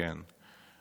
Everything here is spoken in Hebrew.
בעיקר המורים, כן.